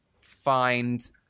find